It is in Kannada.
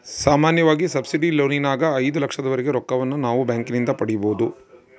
ಸಾಮಾನ್ಯವಾಗಿ ಸಬ್ಸಿಡಿ ಲೋನಿನಗ ಐದು ಲಕ್ಷದವರೆಗೆ ರೊಕ್ಕವನ್ನು ನಾವು ಬ್ಯಾಂಕಿನಿಂದ ಪಡೆಯಬೊದು